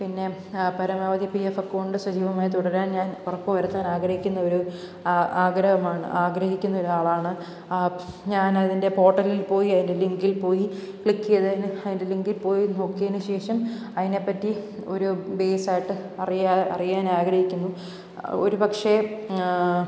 പിന്നെ പരമാവധി P F account സജീവമായി തുടരാൻ ഞാൻ ഉറപ്പ് വരുത്താൻ ആഗ്രഹിക്കുന്നൊരു ആ ആഗ്രഹമാണ് ആഗ്രഹിക്കുന്ന ഒരാളാണ് ഞാൻ അതിൻ്റെ പോർട്ടലിൽ പോയി അയിൻ്റെ ലിങ്കിൽ പോയി ക്ലിക്ക് ചെയ്തതിന് അതിൻ്റെ ലിങ്കിൽ പോയി നോക്കിയതിന് ശേഷം അതിനെ പറ്റി ഒരു ബേസ് ആയിട്ട് അറിയാൻ അറിയാൻ ആഗ്രഹിക്കുന്നു ഒരു പക്ഷേ